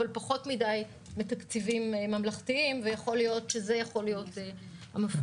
אבל פחות מדיי מתקציבים ממלכתיים ויכול להיות שזה יכול להיות המפתח.